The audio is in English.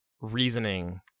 reasoning